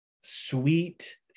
sweet